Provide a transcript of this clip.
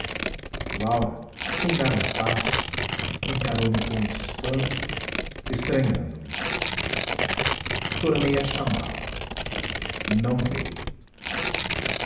laura sem dar um passo encaroume com espanto estranhando me tornei a chamá-la não veio